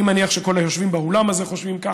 אני מניח שכל היושבים באולם הזה חושבים כך.